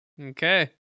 Okay